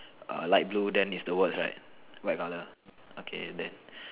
err light blue then is the words right white color okay then